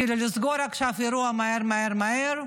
כדי לסגור עכשיו אירוע מהר מהר מהר,